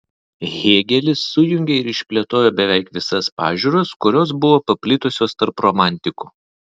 hėgelis sujungė ir išplėtojo beveik visas pažiūras kurios buvo paplitusios tarp romantikų